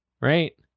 right